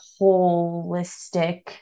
holistic